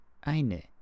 eine